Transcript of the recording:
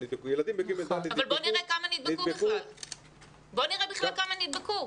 בוא נראה כמה בכלל נדבקו.